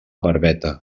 barbeta